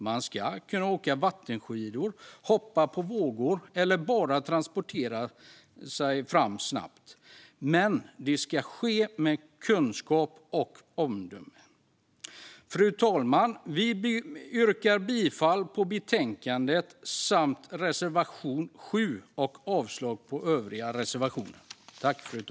Man ska kunna åka vattenskidor, hoppa på vågor eller bara transportera sig fram snabbt. Men det ska ske med kunskap och omdöme. Fru talman! Vi yrkar bifall till reservation 7 och i övrigt till utskottets förslag i betänkandet.